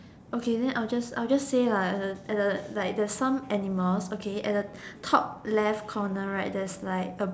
okay then I'll just I'll just say like at the at the like there are some animals okay at the top left corner right there's like A